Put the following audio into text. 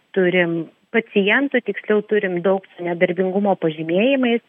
turim pacientų tiksliau turim daug su nedarbingumo pažymėjimais